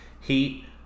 Heat –